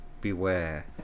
Beware